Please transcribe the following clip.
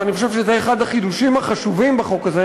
ואני חושב שזה אחד החידושים החשובים בחוק הזה,